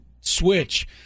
switch